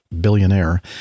billionaire